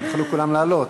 כולם היו יכולים לעלות.